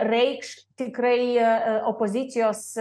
reikš tikrai opozicijos